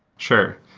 sure.